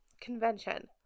convention